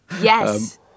yes